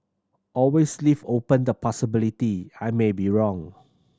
always leave open the possibility I may be wrong